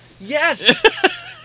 Yes